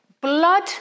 blood